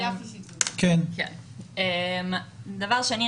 דבר שני,